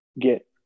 get